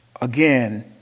Again